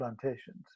plantations